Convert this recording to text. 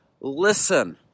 listen